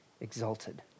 exalted